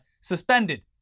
suspended